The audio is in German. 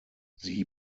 sie